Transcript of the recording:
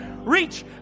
Reach